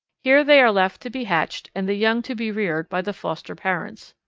here they are left to be hatched and the young to be reared by the foster parents.